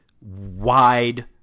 wide